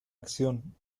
acción